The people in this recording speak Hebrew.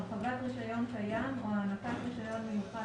הרחבת רישיון קיים או הענקת רישיון מיוחד